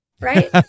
right